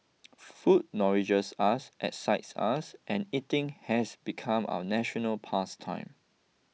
food nourishes us excites us and eating has become our national past time